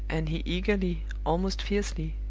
and he eagerly, almost fiercely,